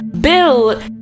Bill